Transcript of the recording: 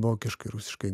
vokiškai rusiškai